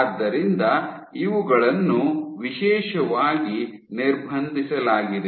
ಆದ್ದರಿಂದ ಇವುಗಳನ್ನು ವಿಶೇಷವಾಗಿ ನಿರ್ಬಂಧಿಸಲಾಗಿದೆ